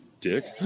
Dick